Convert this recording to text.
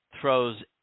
throws